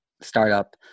startup